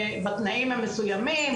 בתנאים המסוימים,